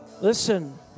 Listen